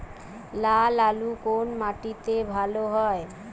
লাল আলু কোন মাটিতে ভালো হয়?